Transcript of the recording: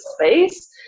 space